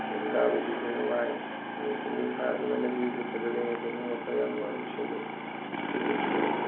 ꯆꯤꯡ ꯀꯥꯕꯁꯤꯁꯨ ꯅꯨꯡꯉꯥꯏ ꯅꯨꯡꯁꯤꯠ ꯅꯨꯡꯁꯥ ꯑꯗꯨꯒ ꯚꯤꯎꯁꯨ ꯐꯖꯕ ꯌꯦꯡꯉꯦ ꯄꯨꯛꯅꯤꯡ ꯋꯥꯈꯜ ꯌꯥꯝꯅ ꯁꯤꯅꯤ ꯑꯩꯈꯣꯏꯒꯤ ꯑꯦꯛꯁꯄꯦꯔꯦꯟꯁ